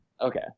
Okay